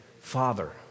Father